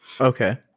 Okay